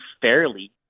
fairly